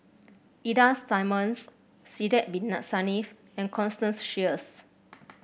Ida Simmons Sidek Bin Saniff and Constance Sheares